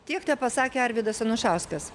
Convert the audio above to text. tiek tepasakė arvydas anušauskas